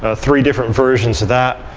ah three different versions of that.